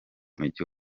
mujyi